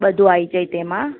બધું આવી જાય તેમાં